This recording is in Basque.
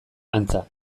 antza